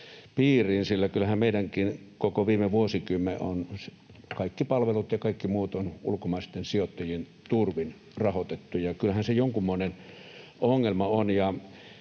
sillä kyllähän meidänkin koko viime vuosikymmen, kaikki palvelut ja kaikki muut, on ulkomaisten sijoittajien turvin rahoitettu. Kyllähän se jonkunmoinen ongelma on.